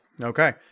Okay